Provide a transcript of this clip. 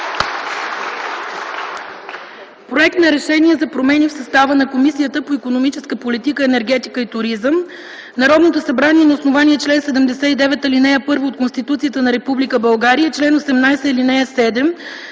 „Проект за РЕШЕНИЕ за промени в състава на Комисията по икономическата политика, енергетика и туризъм Народното събрание на основание чл. 79, ал. 1 от Конституцията на Република България и чл. 18, ал. 7,